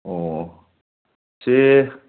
ꯑꯣ ꯁꯦ